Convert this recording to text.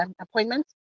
appointments